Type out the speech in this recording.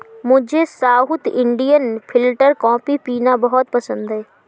मुझे south Indian filter coffee पीना बहुत पसंद है